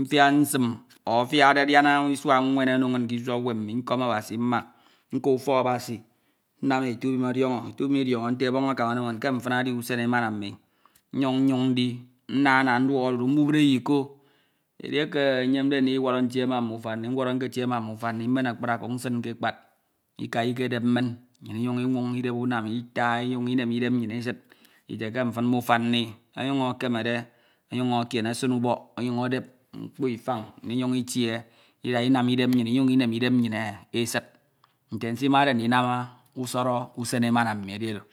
mfiak nsim o afiakde adian ifua nwen onọ min ke isua uwem mmi. Nkom Abasi mma, nka ufọk Abasi Akanam Akanam etubim ọdiọñọ. Etubum idiọñọ nte ọboñ akam ono inñ ke mfin edi usen emana mmi, nnyun nmfoñ ndi, nnana nduọk odudu, mbubreyi ko edieke nyemde ndiworo ntie ma mme ufan nni, nwọrọ nketie ma mme ufan nni, mmon akpri ọkuk nsin ke ekpad, ika ikedep mmin nnyuñ inwoñ. Inyuñ idep unam ita inem idem nnyin esid ite ke mfin. Mme ufan enyuñ ekemede onyuñ ekiene esin ubok edep mkpo ifan, nnyin inyuñ itie ida inam idem nnyin inyuñ inem idem nnyin esid. Nte nsimade ndinam usọrọ usen emana mmi edi oro.